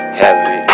heavy